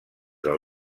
del